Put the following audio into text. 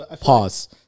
Pause